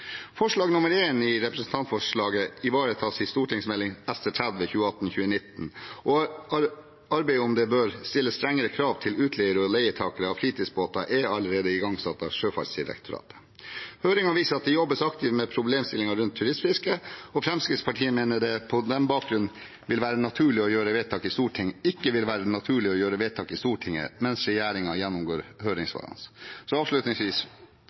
Forslag nr. 1 i representantforslaget ivaretas i Meld. St. 30 for 2018–2019, og arbeidet med om det bør stilles strengere krav til utleiere og leietakere av fritidsbåter, er allerede igangsatt av Sjøfartsdirektoratet. Høringen viser at det jobbes aktivt med problemstillingen rundt turistfisket, og Fremskrittspartiet mener det ikke vil være naturlig å gjøre vedtak i Stortinget mens regjeringen gjennomgår høringssvarene. Fremskrittspartiet vil